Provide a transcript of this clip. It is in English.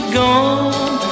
gone